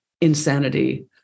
insanity